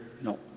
No